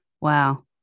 Wow